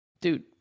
Dude